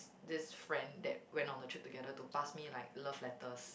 this friend that went on a trip together to pass me like love letters